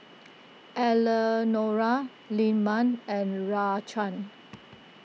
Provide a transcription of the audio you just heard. Eleonora Lyman and Raquan